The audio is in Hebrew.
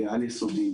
והעל יסודי.